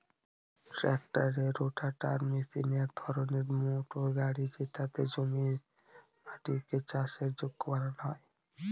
ট্রাক্টরের রোটাটার মেশিন এক ধরনের মোটর গাড়ি যেটাতে জমির মাটিকে চাষের যোগ্য বানানো হয়